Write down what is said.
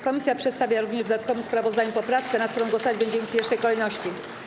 Komisja przedstawia również w dodatkowym sprawozdaniu poprawkę, nad którą głosować będziemy w pierwszej kolejności.